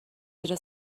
زیر